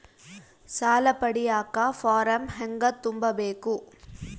ಸಾಲ ಪಡಿಯಕ ಫಾರಂ ಹೆಂಗ ತುಂಬಬೇಕು?